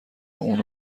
اون